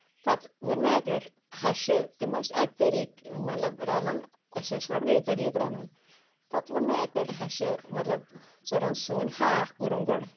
پتہٕ ووٚن مےٚ اکہِ لٹہ ہشہِ تِم ٲسۍ اکہِ طٔریٖقہٕ مطلب رنان أسۍ ٲسۍ یورٕ بییٚہِ طٔریقہٕ رنان پتہٕ ووٚن مےٚ اکہِ لٹہِ ہشہِ مطلب ژٕ رن سیُن ہاکھ ووٚنُن گۄڈٕ